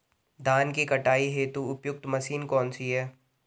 धान की कटाई हेतु उपयुक्त मशीन कौनसी है?